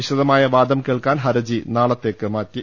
വിശുദമായ വാദം കേൾക്കാൻ ഹർജി നാളത്തേക്ക് മാറ്റി